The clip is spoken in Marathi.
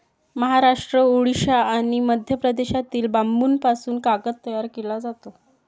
महाराष्ट्र, ओडिशा आणि मध्य प्रदेशातील बांबूपासून कागद तयार केला जातो